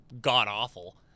god-awful